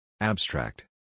Abstract